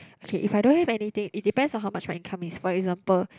okay if I don't have anything it depends on how much my income is for example